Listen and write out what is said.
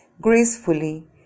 gracefully